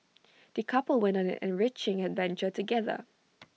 the couple went on an enriching adventure together